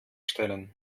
stellen